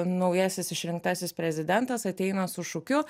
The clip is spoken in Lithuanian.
naujasis išrinktasis prezidentas ateina su šūkiu